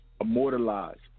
immortalized